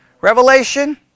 Revelation